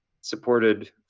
supported